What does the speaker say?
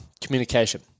communication